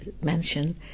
mention